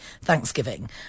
Thanksgiving